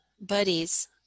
buddies